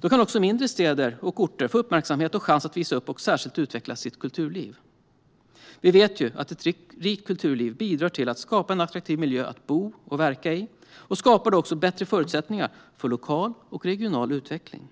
Då kan också mindre städer och orter få uppmärksamhet och chans att visa upp och särskilt utveckla sitt kulturliv. Vi vet ju att ett rikt kulturliv bidrar till att skapa en attraktiv miljö att bo och verka i. Det skapar också bättre förutsättningar för lokal och regional utveckling.